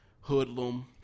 Hoodlum